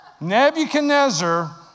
Nebuchadnezzar